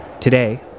Today